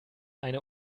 eine